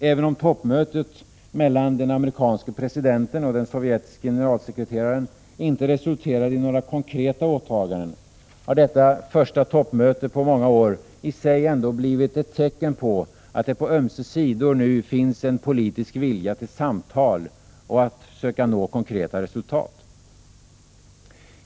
Även om toppmötet mellan den amerikanske presidenten och den sovjetiske generalsekreteraren inte resulterade i några konkreta åtaganden, har detta första toppmöte på många år i sig ändå blivit ett tecken på att det på ömse sidor nu finns en politisk vilja till samtal och försök att nå konkreta resultat.